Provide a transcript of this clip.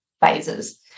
phases